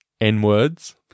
N-Words